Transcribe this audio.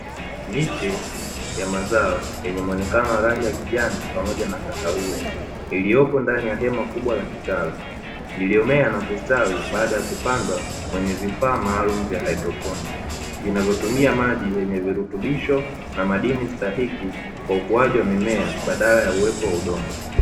Miche ya mazao yenye muonekano wa rangi ya kijani pamoja na kahawia iliyopo ndani ya hema kubwa la kitalu, iliyomea na kustawi baada ya kupandwa kwenye vifaa maalum vya haidroponi. Vinavyotumia maji yenye virutubisho na madini stahiki kwa ukuaji wa mimea badala ya kuwepo udongo.